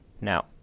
Now